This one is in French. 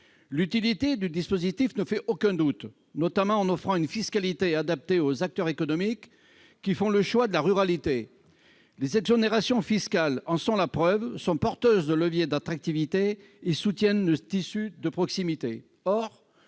L'utilité du dispositif ne fait aucun doute, notamment en offrant une fiscalité adaptée aux acteurs économiques qui font le choix de la ruralité. Les exonérations fiscales, porteuses de leviers d'attractivité, soutiennent le tissu de proximité.